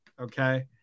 Okay